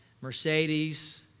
Mercedes